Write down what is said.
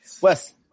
Wes